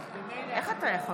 יש, ממילא זה על פי רוב.